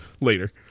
later